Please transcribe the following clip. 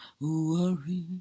Worry